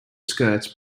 skirts